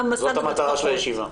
זאת המטרה של הישיבה.